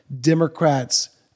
Democrats